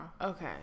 Okay